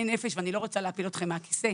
נפש אני לא רוצה להפיל אתכם מהכיסא,